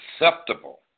acceptable